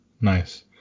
Nice